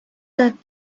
that